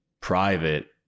private